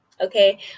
okay